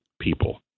people